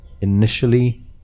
initially